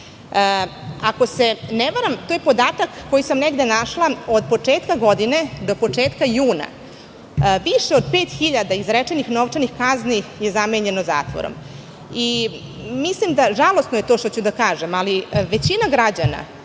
se ne varam, to je podatak koji sam negde našla, od početka godine do početka juna više od 5.000 izrečenih novčanih kazni je zamenjeno zatvorom. Žalosno je to što ću da kažem, ali većina građana